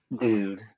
dude